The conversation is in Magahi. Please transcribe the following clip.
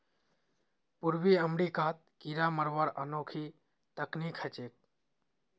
पूर्वी अमेरिकात कीरा मरवार अनोखी तकनीक ह छेक